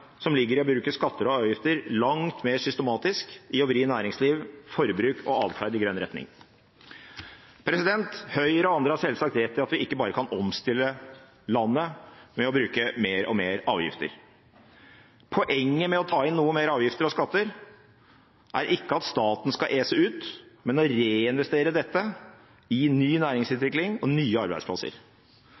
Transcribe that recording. som ligger i å bruke skatter og avgifter langt mer systematisk for å vri næringsliv, forbruk og atferd i grønn retning. Høyre og andre har selvsagt rett i at vi ikke bare kan omstille landet med å bruke mer og mer avgifter. Poenget med å ta inn noe mer avgifter og skatter er ikke at staten skal ese ut, men å reinvestere dette i ny næringsutvikling og nye arbeidsplasser.